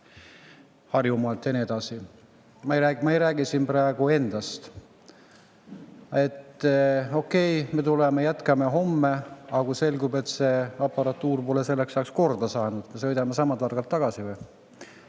Harjumaalt ja nii edasi. Ma ei räägi siin praegu endast. Okei, me jätkame homme, aga kui selgub, et see aparatuur pole selleks ajaks korda saadud, kas me sõidame sama targalt tagasi või?